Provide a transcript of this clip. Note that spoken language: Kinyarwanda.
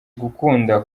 gukunda